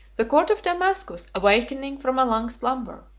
the court of damascus, awakening from a long slumber,